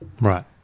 Right